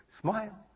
smile